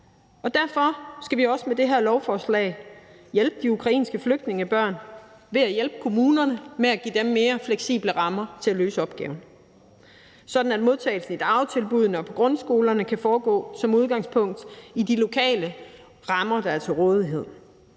og derfor skal vi også med de her lovforslag hjælpe de ukrainske flygtningebørn ved at hjælpe kommunerne ved at give dem mere fleksible rammer til at løse opgaven, sådan at modtagelsen i dagtilbuddene og på grundskolerne som udgangspunkt kan foregå i de lokale rammer, der er til rådighed.